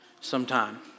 sometime